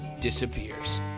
disappears